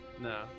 No